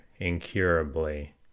incurably